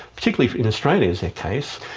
particularly in australia, as a case.